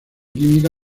química